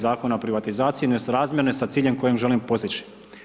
Zakona o privatizaciji nesrazmjerne sa ciljem kojem želimo postići.